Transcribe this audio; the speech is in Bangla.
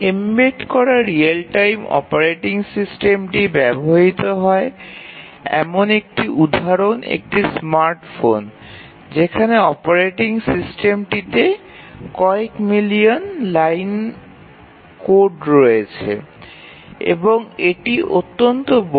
এম্বেড করা রিয়েল টাইম অপারেটিং সিস্টেমটি ব্যবহৃত হয় এমন একটি উদাহরণ একটি স্মার্ট ফোন যেখানে এর অপারেটিং সিস্টেমটিতে কয়েক মিলিয়ন লাইন কোড রয়েছে এবং এটি অত্যন্ত বড়